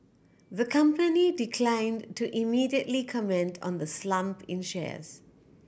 the company declined to immediately comment on the slump in shares